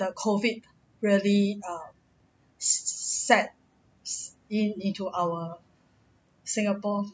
the COVID really um set s~ in into our singapore